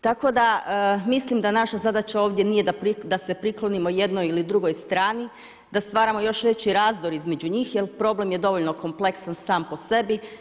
Tako da mislim da naša zadaća ovdje nije da se priklonimo jednoj ili drugoj strani, da stvaramo još veći razdor između njih jer problem je dovoljno kompleksan sam po sebi.